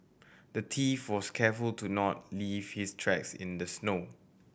the thief was careful to not leave his tracks in the snow